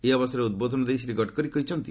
ଏହି ଅବସରରେ ଉଦ୍ବୋଧନ ଦେଇ ଶ୍ରୀ ଗଡ଼କରୀ କହିଛନ୍ତି